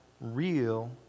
real